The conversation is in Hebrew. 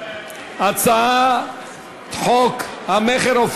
הצעת חוק המכר (דירות) (תיקון,